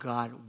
God